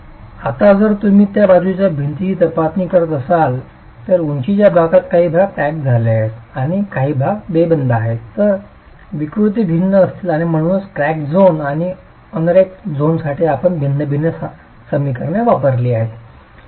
आता जर तुम्ही त्या बाजूच्या भिंतीची तपासणी करत असाल तर उंचीच्या भागात काही भाग क्रॅक झाले आहेत आणि काही भाग बेबंद आहेत तर विकृती भिन्न असतील आणि म्हणूनच क्रॅक झोन आणि अनरेक्ड झोनसाठी आपण भिन्न भिन्न समीकरणे वापरली पाहिजे